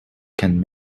can